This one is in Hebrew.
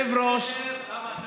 היושב-ראש, אתה יודע מה הבעיה?